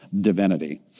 divinity